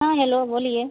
हाँ हेलो बोलिए